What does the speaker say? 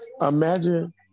Imagine